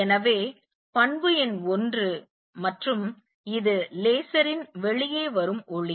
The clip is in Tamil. எனவே பண்பு எண் 1 மற்றும் இது லேசரின் வெளியே வரும் ஒளி